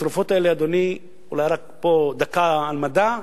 התרופות האלה, אדוני, אולי פה רק דקה על מדע: